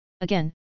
Again